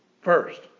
first